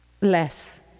less-